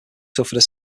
suffered